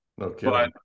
Okay